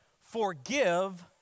forgive